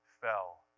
fell